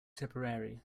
tipperary